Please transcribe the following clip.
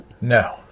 No